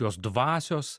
jos dvasios